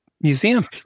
museum